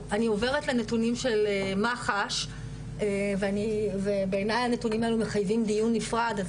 אני עוברת לנתונים של מח"ש ובעיני הנתונים האלה מחייבים דיון נפרד אז